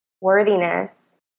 worthiness